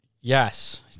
Yes